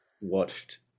watched